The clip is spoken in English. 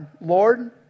Lord